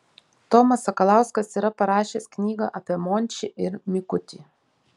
tomas sakalauskas yra parašęs knygą apie mončį ir mikutį